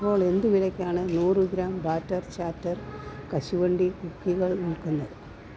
ഇപ്പോൾ എന്ത് വിലയ്ക്കാണ് നൂറ് ഗ്രാം ബാറ്റർ ചാറ്റർ കശുവണ്ടി കുക്കികൾ വിൽക്കുന്നത്